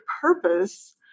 purpose